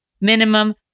minimum